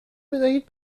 بدهید